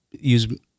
use